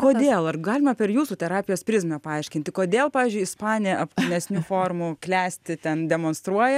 kodėl ar galime per jūsų terapijos prizmę paaiškinti kodėl pavyzdžiui ispanė apvalesnių formų klesti ten demonstruoja